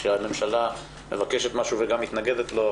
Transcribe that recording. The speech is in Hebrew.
כשהממשלה מבקשת משהו וגם מתנגדת לו,